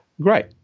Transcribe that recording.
Great